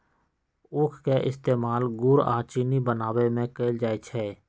उख के इस्तेमाल गुड़ आ चिन्नी बनावे में कएल जाई छई